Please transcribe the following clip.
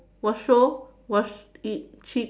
watch show watch eat chip